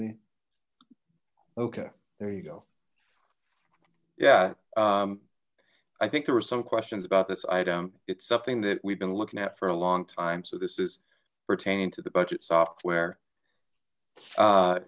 me okay there you go yeah i think there were some questions about this item it's something that we've been looking at for a long time so this is pertaining to the budget software